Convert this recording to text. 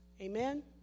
Amen